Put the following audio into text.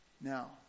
Now